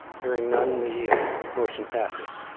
hearing none, the motion passes.